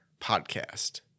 Podcast